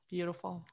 Beautiful